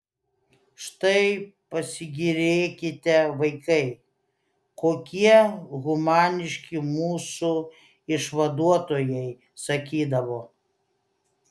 štai pasigėrėkite vaikai kokie humaniški mūsų išvaduotojai sakydavo